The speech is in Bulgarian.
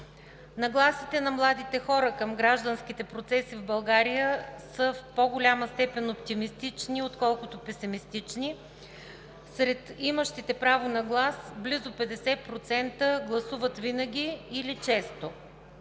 Нагласите на младите хора към гражданските процеси в България са в по-голяма степен оптимистични, отколкото песимистични. Сред имащите право на глас близо 50% гласуват винаги или често.